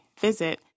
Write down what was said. visit